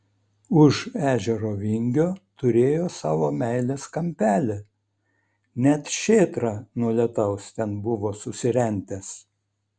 už ežero vingio turėjo savo meilės kampelį net šėtrą nuo lietaus ten buvo susirentęs